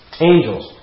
angels